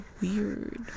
weird